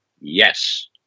Yes